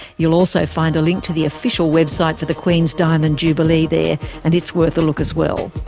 you'll also find a link to the official website for the queen's diamond jubilee there and it's worth a look as well.